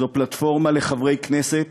זו פלטפורמה לחברי כנסת